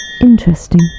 Interesting